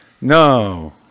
No